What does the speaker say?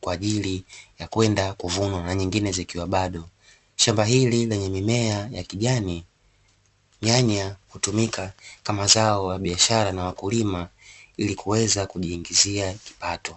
kwa ajili ya kwenda kuvunwa, na nyingine zikiwa bado, shamba hili lenye mimea ya kijani, nyanya hutumika kama zao la biashara na wakulima, ili kuweza kujiingizia kipato.